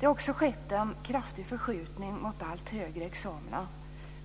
Det har också skett en kraftig förskjutning mot allt högre examina,